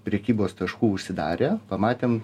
prekybos taškų užsidarė pamatėm